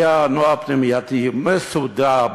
היה נוער פנימייתי מסודר,